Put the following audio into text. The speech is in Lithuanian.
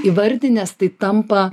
įvardinęs tai tampa